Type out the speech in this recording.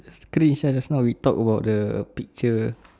screen inside just now we talk about the picture